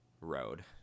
road